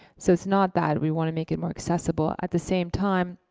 so it's not that, we want to make it more accessible. at the same time,